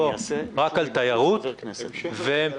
נראה מה